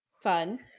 Fun